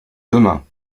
demain